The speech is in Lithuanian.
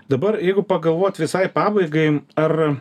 dabar jeigu pagalvot visai pabaigai ar